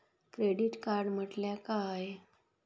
Credit card म्हटल्या काय?